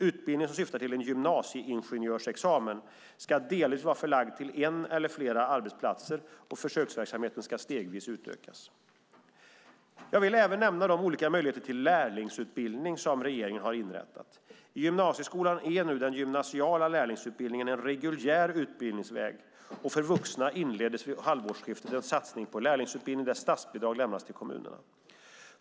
Utbildningen, som syftar till en gymnasieingenjörsexamen, ska delvis vara förlagd till en eller flera arbetsplatser, och försöksverksamheten ska stegvis utökas. Jag vill även nämna de olika möjligheter till lärlingsutbildning som regeringen har inrättat. I gymnasieskolan är nu den gymnasiala lärlingsutbildningen en reguljär utbildningsväg, och för vuxna inleddes vid halvårsskiftet 2011 en satsning på lärlingsutbildning där statsbidrag lämnas till kommunerna.